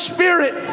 Spirit